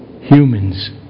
Humans